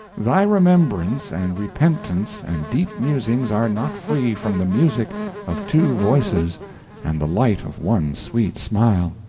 thy remembrance and repentance and deep musings are not free from the music of two voices and the light of one sweet smile.